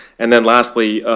and then lastly,